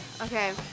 okay